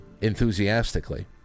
enthusiastically